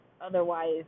otherwise